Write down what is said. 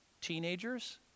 teenagers